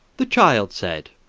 the child said,